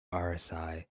rsi